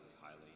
highly